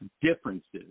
differences